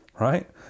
Right